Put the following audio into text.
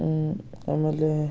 ಆಮೇಲೆ